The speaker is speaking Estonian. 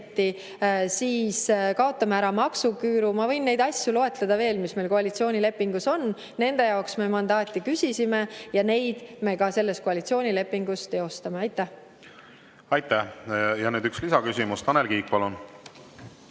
3%, kaotame ära maksuküüru. Ma võin veel loetleda neid asju, mis meil koalitsioonilepingus on. Nende jaoks me mandaati küsisime ja neid me ka selles koalitsioonilepingus teostame. Aitäh! Ja nüüd üks lisaküsimus. Tanel Kiik, palun!